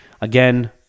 Again